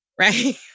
right